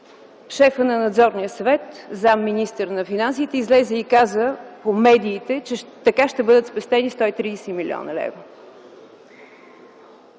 шефът на Надзорния съвет – заместник-министър на финансите, излезе и каза по медиите, че така ще бъдат спестени 130 млн. лв.